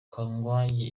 kangwagye